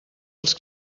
els